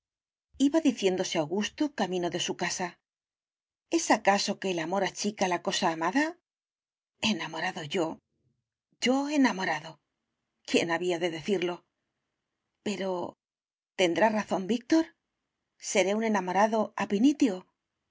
iba diciéndose augusto camino de su casa es acaso que el amor achica la cosa amada enamorado yo yo enamorado quién había de decirlo pero tendrá razón víctor seré un enamorado